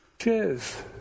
Cheers